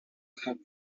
have